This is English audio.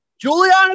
Juliana